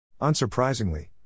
Unsurprisingly